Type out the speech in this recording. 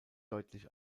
deutlich